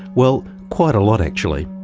well, quite a lot actually.